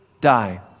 die